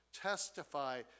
testify